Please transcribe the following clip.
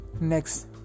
next